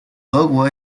俄国